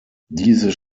dieses